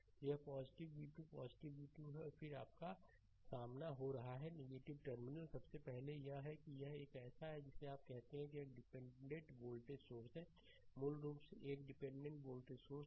तो यह v2 v2 है और फिर आपका सामना हो रहा है टर्मिनल सबसे पहले यह है कि यह एक ऐसा है जिसे आप कहते हैं यह एक डिपेंडेंट वोल्टेज सोर्स है मूल रूप से एक डिपेंडेंट वोल्टेज सोर्स है